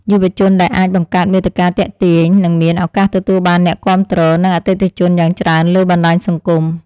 យុវជនដែលអាចបង្កើតមាតិកាទាក់ទាញនឹងមានឱកាសទទួលបានអ្នកគាំទ្រ និងអតិថិជនយ៉ាងច្រើនលើបណ្តាញសង្គម។